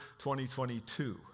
2022